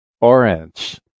orange